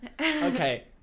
Okay